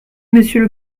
monsieur